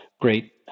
great